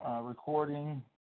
recording